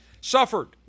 suffered